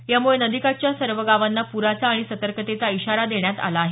यामुळे नदीकाठच्या सर्व गावांना प्राचा आणि सतर्कतेचा इशारा देण्यात आला आहे